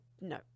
No